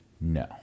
No